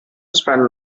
spend